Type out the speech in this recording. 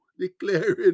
declaring